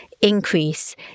increase